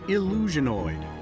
Illusionoid